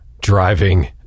driving